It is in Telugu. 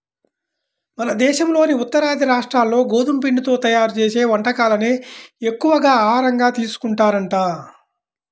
మన దేశంలోని ఉత్తరాది రాష్ట్రాల్లో గోధుమ పిండితో తయ్యారు చేసే వంటకాలనే ఎక్కువగా ఆహారంగా తీసుకుంటారంట